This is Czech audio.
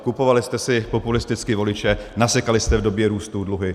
Kupovali jste si populisticky voliče, nasekali jste v době růstu dluhy.